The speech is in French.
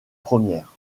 première